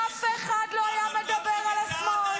אף אחד לא היה מדבר על השמאל.